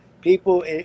people